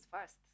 first